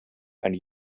and